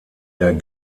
der